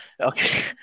okay